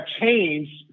changed